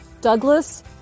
Douglas